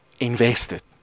invested